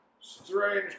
strange